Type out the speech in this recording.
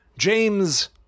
James